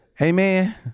amen